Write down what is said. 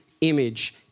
image